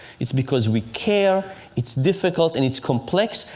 it's because we care. it's difficult and it's complex.